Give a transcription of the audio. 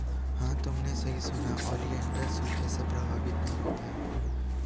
हां तुमने सही सुना, ओलिएंडर सूखे से प्रभावित नहीं होता